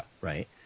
right